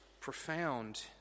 profound